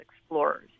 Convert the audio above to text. explorers